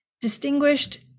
distinguished